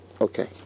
Okay